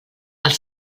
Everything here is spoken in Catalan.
els